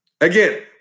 Again